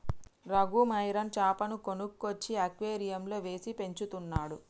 Raghu marine చాపను కొనుక్కొచ్చి అక్వేరియంలో వేసి పెంచుతున్నాడు